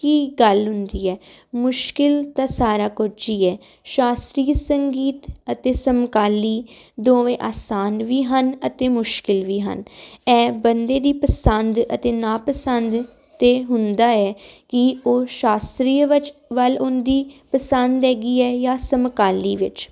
ਕੀ ਗੱਲ ਹੁੰਦੀ ਹੈ ਮੁਸ਼ਕਿਲ ਤਾਂ ਸਾਰਾ ਕੁਝ ਹੀ ਹੈ ਸ਼ਾਸਤਰੀ ਸੰਗੀਤ ਅਤੇ ਸਮਕਾਲੀ ਦੋਵੇਂ ਆਸਾਨ ਵੀ ਹਨ ਅਤੇ ਮੁਸ਼ਕਲੇ ਵੀ ਹਨ ਇਹ ਬੰਦੇ ਦੀ ਪਸੰਦ ਅਤੇ ਨਾ ਪਸੰਦ ਤੇ ਹੁੰਦਾ ਹੈ ਕਿ ਉਹ ਸ਼ਾਸਤਰੀ ਵਿੱਚ ਵੱਲ ਉਹਦੀ ਪਸੰਦ ਹੈਗੀ ਹ ਜਾਂ ਸਮਕਾਲੀ ਵਿੱਚ